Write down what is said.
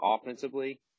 offensively